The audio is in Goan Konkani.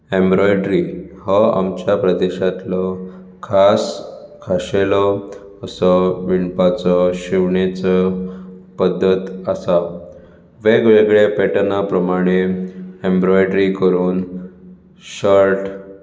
एम्ब्रोयड्री हो आमच्या प्रदेशांतलो खास खाशेलो असो विणपाचो वो शिंवणेचो पद्दत आसा वेगवेगळे पॅटर्ना प्रमाणें एम्ब्रोयड्री करून शर्ट